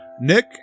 Nick